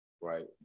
Right